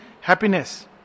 happiness